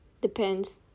depends